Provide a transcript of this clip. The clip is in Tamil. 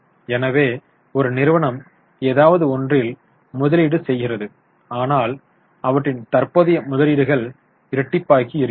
எனவே ஒரு நிறுவனம் ஏதாவது ஒன்றில் முதலீடு செய்கிறது ஆனால் அவற்றின் தற்போதைய முதலீடுகள் இரட்டிப்பாகி இருக்கிறது